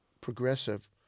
progressive